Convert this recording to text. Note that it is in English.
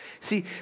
See